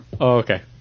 Okay